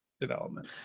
development